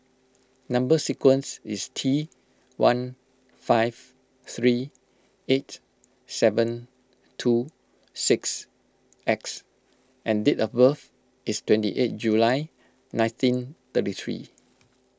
Number Sequence is T one five three eight seven two six X and date of birth is twenty eight July nineteen thirty three